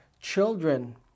children